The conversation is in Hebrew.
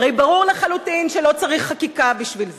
הרי ברור לחלוטין שלא צריך חקיקה בשביל זה.